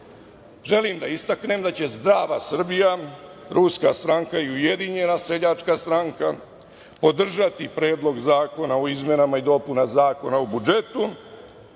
da istaknem da će Zdrava Srbija, Ruska stranka i Ujedinjena seljačka stranka podržati Predlog zakona o izmenama i dopunama Zakona o budžeta